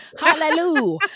Hallelujah